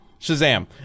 Shazam